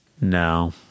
No